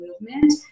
movement